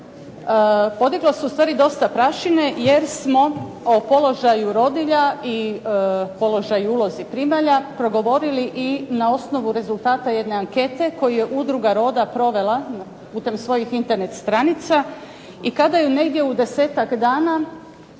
Podiglo se ustvari dosta prašine jer smo o položaju rodilja i položaju i ulozi primalja progovorili i na osnovi rezultata jedne ankete koju je udruga Roda provela putem svojih Internet stranice i kada ju negdje u 10-tak dana